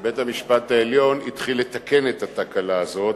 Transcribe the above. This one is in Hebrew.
שבית-המשפט העליון התחיל לתקן את התקלה הזו,